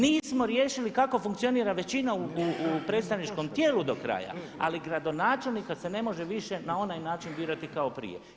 Nismo riješili kako funkcionira većina u predstavničkom tijelu do kraja, ali gradonačelnika se ne može više na onaj način birati kao prije.